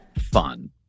fun